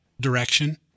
direction